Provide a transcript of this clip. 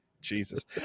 jesus